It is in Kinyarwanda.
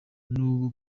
kuri